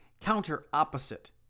counter-opposite